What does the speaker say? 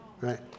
right